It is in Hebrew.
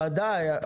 ודאי.